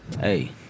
Hey